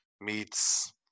meets